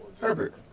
Herbert